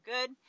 good